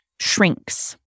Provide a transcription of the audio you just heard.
shrinks